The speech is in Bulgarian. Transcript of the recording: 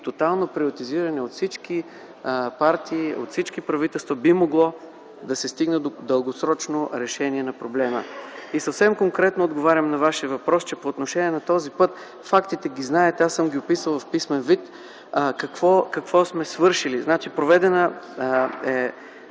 тотално приоретизиране от всички партии, от всички правителства би могло да се стигне до дългосрочно решение на проблема. Съвсем конкретно отговарям на Вашия въпрос, че по отношение на този път фактите ги знаете. Аз съм Ви ги дал в писмен вид затова какво сме свършили. С писмо от